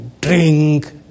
drink